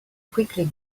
quickly